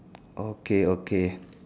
okay okay